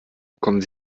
bekommen